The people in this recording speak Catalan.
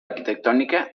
arquitectònica